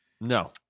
No